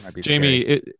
Jamie